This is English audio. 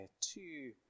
two